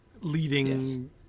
leading